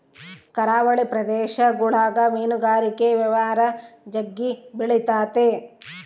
ಕರಾವಳಿ ಪ್ರದೇಶಗುಳಗ ಮೀನುಗಾರಿಕೆ ವ್ಯವಹಾರ ಜಗ್ಗಿ ಬೆಳಿತತೆ